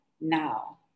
now